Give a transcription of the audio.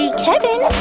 ah kevin?